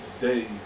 today